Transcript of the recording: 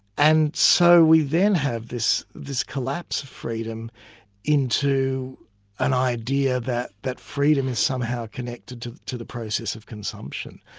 and so we then have this this collapse of freedom into an idea that that freedom is somehow connected to to the process of consumption,